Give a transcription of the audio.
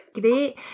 Great